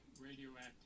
radioactive